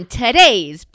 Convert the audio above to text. today's